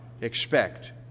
expect